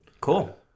cool